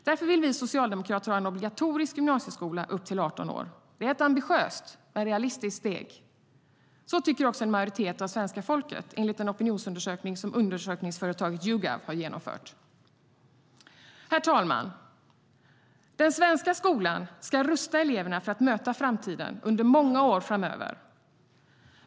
Därför vill vi socialdemokrater ha en obligatorisk gymnasieskola upp till 18 år. Det är ett ambitiöst men realistiskt steg. Så tycker också en majoritet av svenska folket, enligt en opinionsundersökning som undersökningsföretaget Yougov har genomfört. Herr talman! Den svenska skolan ska rusta eleverna för att möta framtiden under många år framöver.